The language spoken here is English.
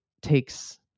takes